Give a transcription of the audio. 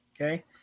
Okay